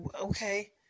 okay